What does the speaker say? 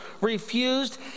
refused